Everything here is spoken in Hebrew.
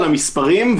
על המספרים,